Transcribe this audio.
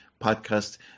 podcast